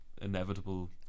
inevitable